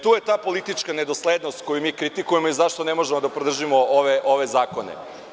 Tu je ta politička ne doslednost koju mi kritikujemo i zašto ne možemo da podržimo ove zakone.